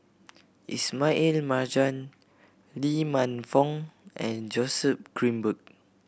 Ismail Marjan Lee Man Fong and Joseph Grimberg